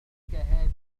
الكاميرا